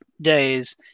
days